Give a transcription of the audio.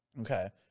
Okay